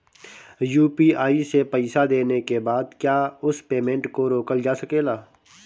UPI से पईसा देने के बाद क्या उस पेमेंट को रोकल जा सकेला?